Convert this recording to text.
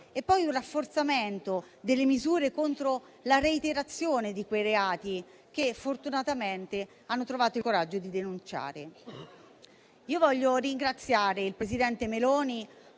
è poi il rafforzamento delle misure contro la reiterazione di quei reati che fortunatamente la donna ha trovato il coraggio di denunciare.